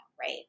right